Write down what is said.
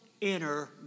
Inner